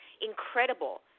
incredible